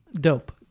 Dope